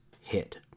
hit